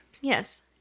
yes